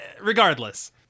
Regardless